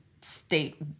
state